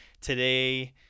today